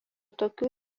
tokių